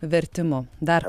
vertimu dar